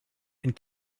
and